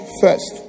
first